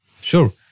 Sure